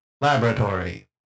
laboratory